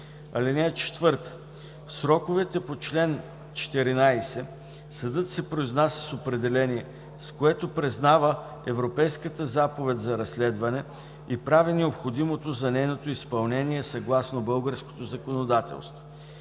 (4) В сроковете по чл. 14 съдът се произнася с определение, с което признава Европейската заповед за разследване и прави необходимото за нейното изпълнение съгласно българското законодателство.